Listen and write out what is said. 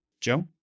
Joe